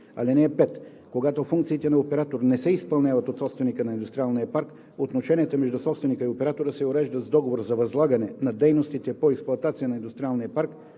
(5) Когато функциите на оператор не се изпълняват от собственика на индустриалния парк, отношенията между собственика и оператора се уреждат с договор за възлагане на дейностите по експлоатация на индустриалния парк,